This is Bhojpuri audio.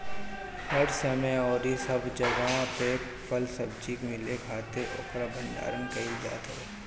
हर समय अउरी सब जगही पे फल सब्जी मिले खातिर ओकर भण्डारण कईल जात हवे